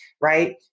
right